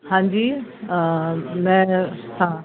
हांजी महिर हा